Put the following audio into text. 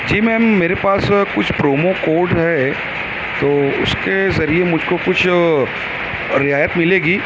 جی ma'am میرے پاس کچھ پرومو کوڈ ہے تو اس کے ذریعے مجھ کو کچھ رعایت ملے گی